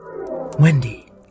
Wendy